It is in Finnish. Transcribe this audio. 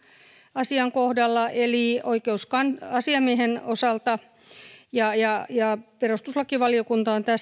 asian kohdalla eli oikeusasiamiehen osalta ja ja perustuslakivaliokunta on